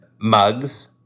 Mugs